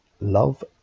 Love